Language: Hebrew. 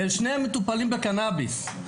שניהם מטופלים בקנאביס.